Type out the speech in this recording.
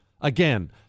Again